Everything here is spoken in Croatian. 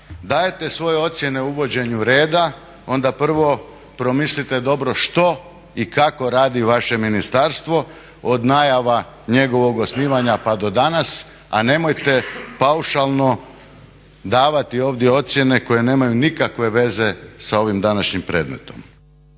dajete svoje ocjene uvođenju reda onda prvo promislite dobro što i kako radi vaše ministarstvo od najava njegovog osnivanja pa do danas, a nemojte paušalno davati ovdje ocjene koje nemaju nikakve veze sa ovim današnjim predmetom.